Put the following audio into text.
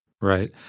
Right